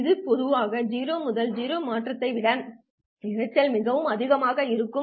இது பொதுவாக 0 முதல் 0 மாற்றத்தை விட இரைச்சல் மிகவும் அதிகமாக இருக்கும்